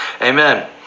Amen